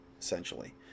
essentially